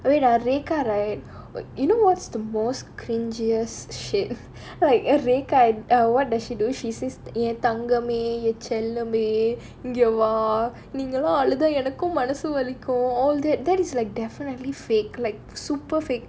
wait ah rekha right you know what's the most cringes shades like rekha what does she do she say என் தங்கமே என் செல்லமே இங்க வா நீங்கெல்லாம் அழுதா எனக்கும் மனசு வலிக்கும்:en thangamae en chellamae inga vaa neengellaam aluthaa enakkum manasu valikkum definitely fake like super fake